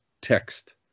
text